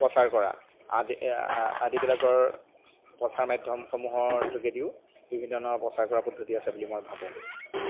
প্ৰচাৰ কৰা আদি আদিবিলাকৰ প্ৰচাৰ মাধ্যমসমূহৰ যোগেদিও বিভিন্ন ধৰণৰ প্ৰচাৰ কৰা পদ্ধতি আছে বুলি মই ভাবোঁ